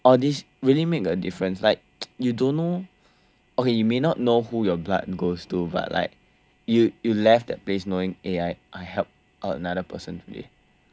all these really make a difference like you don't know okay you may not know who your blood goes to but like you you left that place knowing eh I I helped a~ another person today